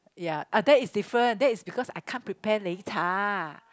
ya uh that's different that's because I can't prepare 擂茶